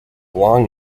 long